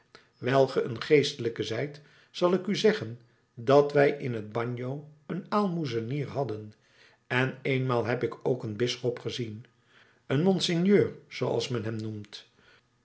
ge een geestelijke zijt zal ik u zeggen dat wij in het bagno een aalmoezenier hadden en eenmaal heb ik ook een bisschop gezien een monseigneur zooals men hem noemt